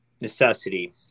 necessity